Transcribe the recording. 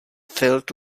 filled